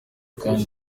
kandi